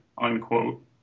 unquote